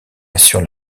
assure